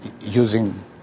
using